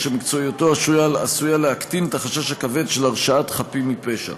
אשר מקצועיותו עשויה להקטין את החשש הכבד של הרשעת חפים מפשע.